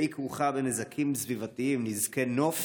והיא כרוכה בנזקים סביבתיים חמורים, נזקי נוף